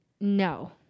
no